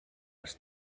was